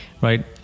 right